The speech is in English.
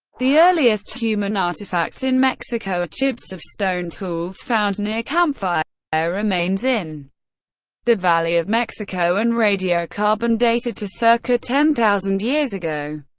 the earliest human artifacts in mexico are chips of stone tools found near campfire ah remains in the valley of mexico and radiocarbon-dated to circa ten thousand years ago.